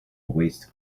waste